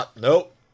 nope